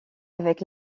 avec